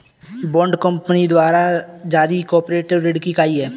bond company द्वारा जारी corporate ऋण की इकाइयां हैं